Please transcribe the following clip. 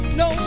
no